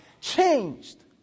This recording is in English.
Changed